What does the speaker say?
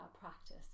practice